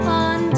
on